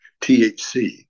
THC